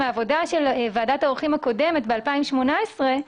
מעבודה של ועדת העורכים הקודמת ב-2018,